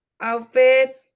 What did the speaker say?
outfit